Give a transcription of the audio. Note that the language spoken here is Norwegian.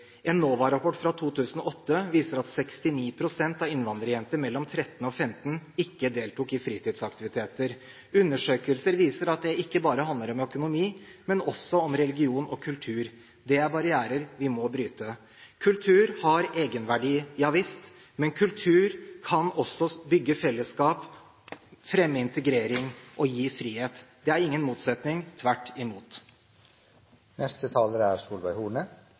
En NOVA-rapport fra 2008 viste at 69 pst. av innvandrerjenter mellom 13 år og 15 år ikke deltok i fritidsaktiviteter. Undersøkelser viser at det ikke bare handler om økonomi, men også om religion og kultur. Det er barrierer vi må bryte. Kultur har egenverdi, ja visst. Men kultur kan også bygge fellesskap, fremme integrering og gi frihet. Det er ingen motsetning, tvert imot. Én ting er